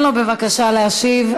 תן לו בבקשה להשיב.